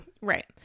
Right